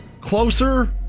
closer